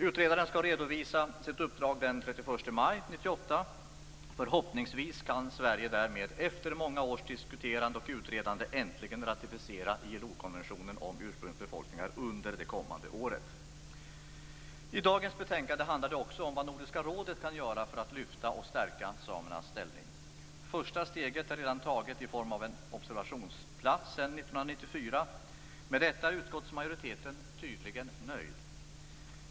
Utredaren skall redovisa sitt uppdrag den 31 maj 1998. Förhoppningsvis kan Sverige därmed, efter många års diskuterande och utredande, äntligen ratificera ILO-konventionen om ursprungsbefolkningar under det kommande året. I dagens betänkande handlar det också om vad Nordiska rådet kan göra för att lyfta och stärka samernas ställning. Första steget är redan taget i form av en observationsplats som finns sedan 1994. Med detta är utskottsmajoriteten tydligen nöjd.